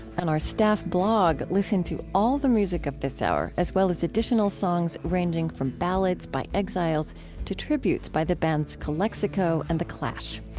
and our staff blog, listen to all the music of this hour, as well as additional songs ranging from ballads by exiles to tributes by the bands calexico and the clash.